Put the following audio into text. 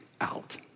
out